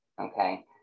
okay